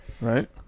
Right